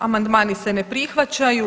Amandmani se ne prihvaćaju.